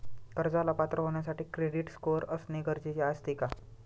कर्जाला पात्र होण्यासाठी क्रेडिट स्कोअर असणे गरजेचे असते का?